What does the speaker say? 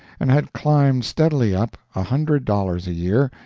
and had climbed steadily up, a hundred dollars a year,